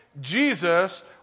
Jesus